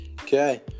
Okay